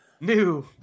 New